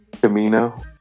Camino